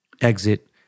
exit